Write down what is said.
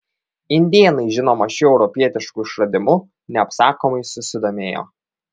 indėnai žinoma šiuo europietišku išradimu neapsakomai susidomėjo